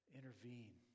intervene